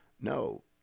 no